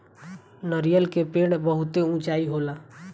नरियर के पेड़ बहुते ऊँचा होला